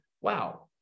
Wow